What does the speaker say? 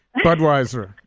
Budweiser